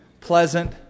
pleasant